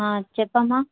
చెప్పమ్మ